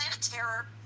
terror